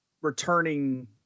returning